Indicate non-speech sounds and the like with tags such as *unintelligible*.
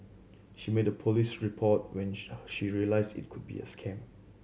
she made a police report when *unintelligible* she realised it could be a scam